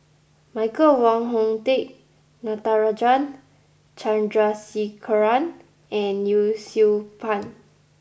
Michael Wong Hong Teng Natarajan Chandrasekaran and Yee Siew Pun